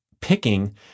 picking